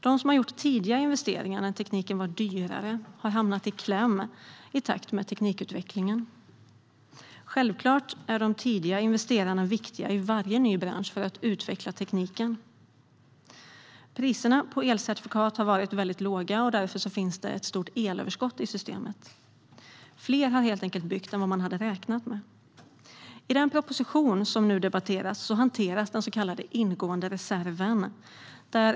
De som gjort tidiga investeringar när tekniken var dyrare har hamnat i kläm i takt med teknikutvecklingen. Självklart är de tidiga investerarna viktiga i varje ny bransch för att utveckla tekniken. Priserna på elcertifikat har varit väldigt låga, och därför finns det ett stort elöverskott i systemet. Det är helt enkelt fler som byggt än vad man räknat med. I den proposition som nu debatteras hanteras den så kallade ingående reserven.